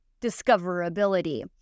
discoverability